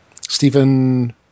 Stephen